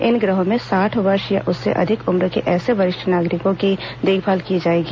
इन गृहों में साठ वर्ष या उससे अधिक उम्र के ऐसे वरिष्ठ नागरिकों की देखभाल की जाएगी